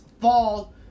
fall